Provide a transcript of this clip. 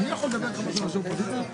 הבקשה אושרה.